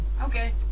Okay